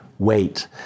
wait